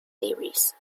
series